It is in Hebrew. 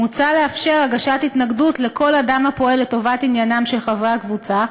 מוצע לאפשר הגשת התנגדות לכל אדם הפועל לטובת עניינם של חברי הקבוצה,